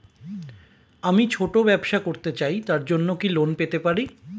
আমি ছোট ব্যবসা করতে চাই তার জন্য কি লোন পেতে পারি?